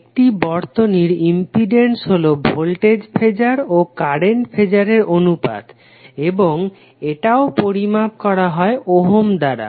একটি বর্তনীর ইম্পিডেন্স হলো ভোল্টেজ ফেজার ও কারেন্ট ফেজারের অনুপাত এবং এটাও পরিমাপ করা হয় ওহম দ্বারা